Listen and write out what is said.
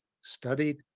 studied